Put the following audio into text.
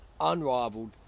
Unrivaled